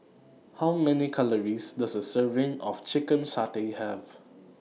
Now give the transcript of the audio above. How Many Calories Does A Serving of Chicken Satay Have